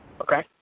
Okay